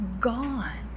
gone